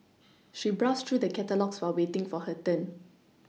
she browsed through the catalogues while waiting for her turn